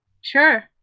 Sure